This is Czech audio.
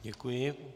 Děkuji.